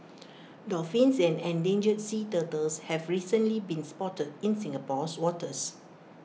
dolphins and endangered sea turtles have recently been spotted in Singapore's waters